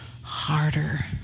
harder